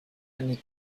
eine